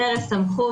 לשוטר יש סמכות